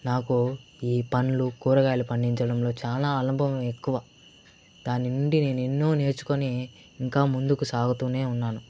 నాకు ఈ పండ్లు కూరగాయలు పండించడంలో చాలా అనుభవం ఎక్కువ దాని నుండి నేనెన్నో నేర్చుకొని ఇంకా ముందుకు సాగుతూనే ఉన్నాను